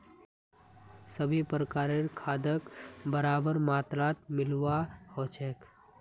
सभी प्रकारेर खादक बराबर मात्रात मिलव्वा ह छेक